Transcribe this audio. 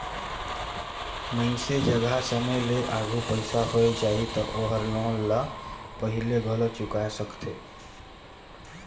मइनसे जघा समे ले आघु पइसा होय जाही त ओहर लोन ल पहिले घलो चुकाय सकथे